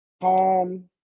calm